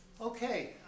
Okay